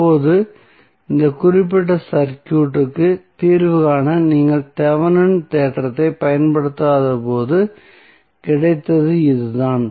இப்போது இந்த குறிப்பிட்ட சர்க்யூட்க்கு தீர்வு காண நீங்கள் தெவெனின் தேற்றத்தைப் பயன்படுத்தாதபோது கிடைத்தது இதுதான்